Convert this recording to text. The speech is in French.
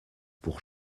pour